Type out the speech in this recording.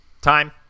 Time